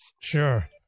Sure